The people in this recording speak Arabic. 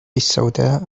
السوداء